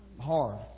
hard